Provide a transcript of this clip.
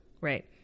Right